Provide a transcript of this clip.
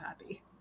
happy